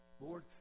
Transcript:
Lord